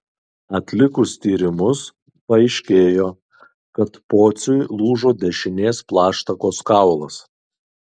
atlikus tyrimus paaiškėjo kad pociui lūžo dešinės plaštakos kaulas